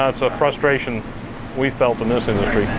ah it's ah a frustration we felt in this industry.